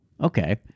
okay